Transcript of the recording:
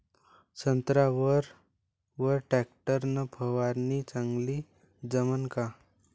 संत्र्यावर वर टॅक्टर न फवारनी चांगली जमन का?